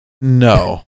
No